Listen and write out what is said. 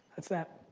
that's that.